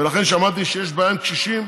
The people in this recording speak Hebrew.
שמעתי שיש בעיה עם קשישים,